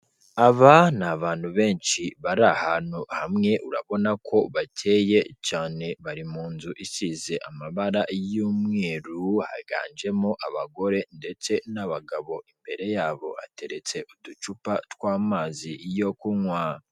Aba ni abantu benshi bari ahantu hamwe urabona ko bakeye cyane bari mu nzu isize amabara y'umweru haganjemo abagore ndetse n'abagabo imbere yabo ateretse uducupa tw'amazi yo kunywa.